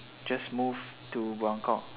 just move to buangkok